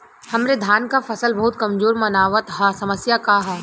हमरे धान क फसल बहुत कमजोर मनावत ह समस्या का ह?